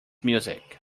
music